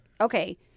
Okay